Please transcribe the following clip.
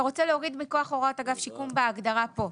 אתה רוצה להוריד מכוח הוראות אגף שיקום בהגדרה פה.